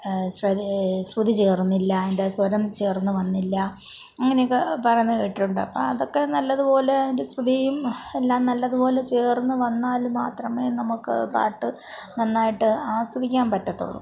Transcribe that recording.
ശ്രുതി ശ്രുതി ചേർന്നില്ല അതിൻ്റെ സ്വരം ചേർന്നു വന്നില്ല അങ്ങനെയൊക്കെ പറയുന്നത് കേട്ടിട്ടുണ്ട് അപ്പോൾ അതൊക്കെ നല്ലതുപോലെ അതിൻ്റെ ശ്രുതിയും എല്ലാം നല്ലതുപോലെ ചേർന്നു വന്നാൽ മാത്രമേ നമുക്ക് ആ പാട്ട് നന്നായിട്ട് ആസ്വദിക്കാൻ പറ്റത്തുള്ളൂ